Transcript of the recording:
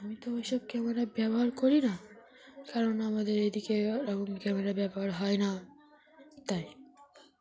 আমি তো ওইসব ক্যামেরা ব্যবহার করি না কারণ আমাদের এইদিকে ওরকম ক্যামেরা ব্যবহার হয় না তাই